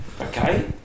Okay